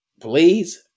Please